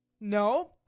No